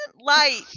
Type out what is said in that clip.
light